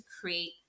create